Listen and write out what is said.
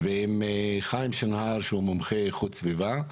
עם חיים שנהר שהוא מומחה איכות סביבה,